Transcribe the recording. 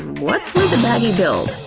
what's with the baggy build?